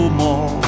more